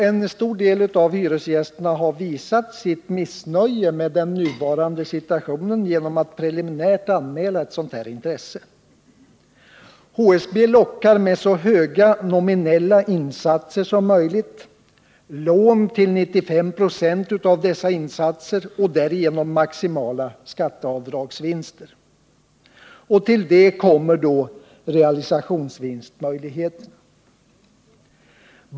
En stor del av hyresgästerna har visat sitt missnöje med den nuvarande situationen genom att preliminärt anmäla sitt intresse. Man lockar med så höga nominella insatser som möjligt, lån till 95 26 av dessa insatser och därigenom maximala skatteavdragsvinster. Till detta kommer då realisationsvinstmöjligheterna.